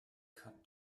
cut